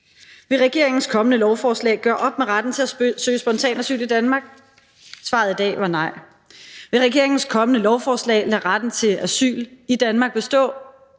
Vil regeringens kommende lovforslag gøre op med retten til at søge spontant asyl i Danmark? Svaret i dag var nej. Vil regeringens kommende lovforslag lade retten til asyl i Danmark bestå?